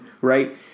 right